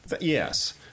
Yes